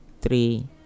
three